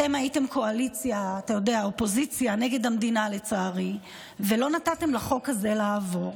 אתם הייתם אופוזיציה נגד המדינה ולא נתתם לחוק הזה לעבור.